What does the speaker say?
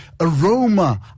aroma